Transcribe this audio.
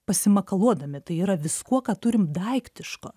pasimakaluodami tai yra viskuo ką turim daiktiško